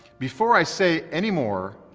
before i say anymore,